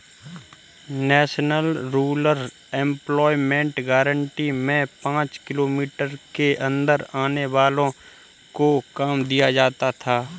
national rural employment guarantee में पांच kilometre के अंदर आने वालो को काम दिया जाता था